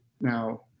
now